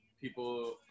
people